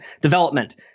development